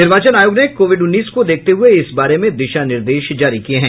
निर्वाचन आयोग ने कोविड उन्नीस को देखते हुए इस बारे में दिशा निर्देश जारी किए हैं